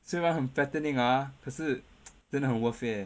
虽然很 fattening ah 可是 真的很 worth eh